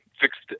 fixed